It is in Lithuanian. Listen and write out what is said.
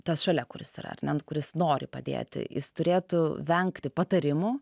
tas šalia kuris yra ar ne kuris nori padėti jis turėtų vengti patarimų